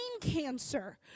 cancer